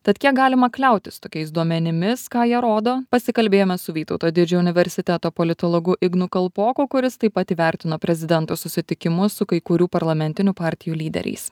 tad kiek galima kliautis tokiais duomenimis ką jie rodo pasikalbėjome su vytauto didžiojo universiteto politologu ignu kalpoku kuris taip pat įvertino prezidento susitikimus su kai kurių parlamentinių partijų lyderiais